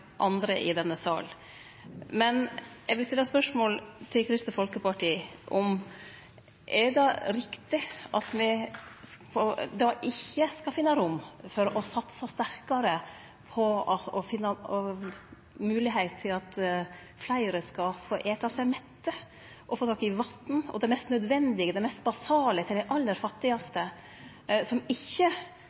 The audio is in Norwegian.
andre i denne sal. Men eg vil stille spørsmål til Kristeleg Folkeparti om dette: Er det riktig at me ikkje skal finne rom for å satse sterkare på å finne moglegheit til at fleire skal få ete seg mette og få tak i vatn og det mest nødvendige, det mest basale til dei aller fattigaste, som ikkje,